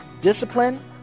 discipline